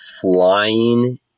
flying